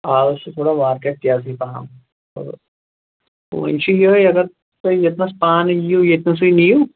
اَز چھُ تھوڑا مارکیٚٹ تیٖزی پَہَم تہٕ وۅنۍ چھُ یِہَے اگر تُہی یوٚتنَس پانہٕ یِیِو ییٚتہٕ نَسٕے نِیو